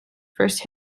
first